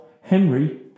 Henry